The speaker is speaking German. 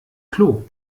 klo